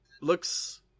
looks